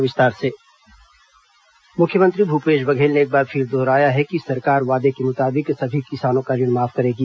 विस किसान कर्जमाफी मुख्यमंत्री भूपेश बघेल ने एक बार फिर दोहराया है कि सरकार वादे के मुताबिक सभी किसानों का ऋण माफ करेगी